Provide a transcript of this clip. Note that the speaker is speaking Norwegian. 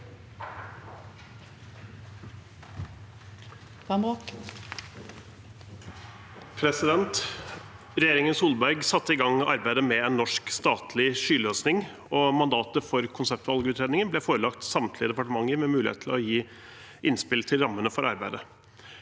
Regjeringen Solberg satte i gang arbeidet med en norsk statlig skyløsning, og mandatet for konseptvalgutredningen ble forelagt samtlige departementer, med mulighet til å gi innspill til rammene for arbeidet.